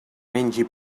mengi